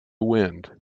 wind